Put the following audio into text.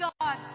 God